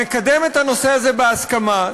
נקדם את הנושא הזה בהסכמה.